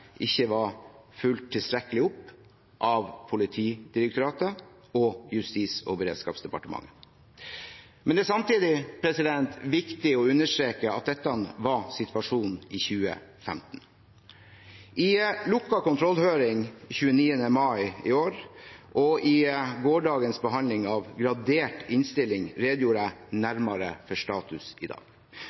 dette var situasjonen i 2015. I lukket kontrollhøring 29. mai i år og under gårsdagens behandling av den graderte innstillingen redegjorde jeg nærmere for status i dag,